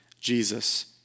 Jesus